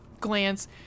glance